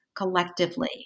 collectively